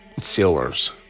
sealers